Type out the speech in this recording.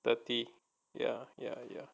thirty ya ya ya